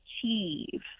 achieve